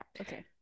Okay